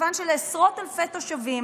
כיוון שלעשרות אלפי תושבים